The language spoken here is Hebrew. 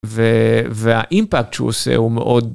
והאימפקט שהוא עושה הוא מאוד...